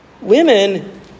Women